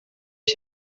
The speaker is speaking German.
ich